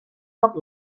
cop